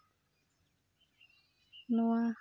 ᱱᱚᱣᱟ